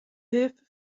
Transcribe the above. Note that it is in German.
hilfe